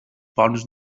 ponts